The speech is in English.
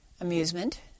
amusement